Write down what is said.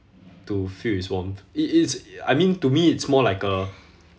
to feel its warmth i~ it's I mean to me it's more like a